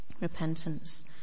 repentance